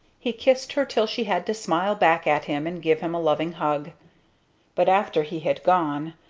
he kissed her till she had to smile back at him and give him a loving hug but after he had gone,